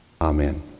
Amen